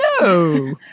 No